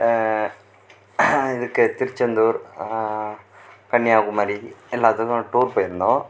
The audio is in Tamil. இதுக்கு திருச்செந்துர் கன்னியாகுமரி எல்லாத்துக்கும் டூர் போய்ருந்தோம்